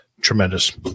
Tremendous